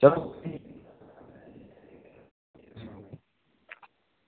चलो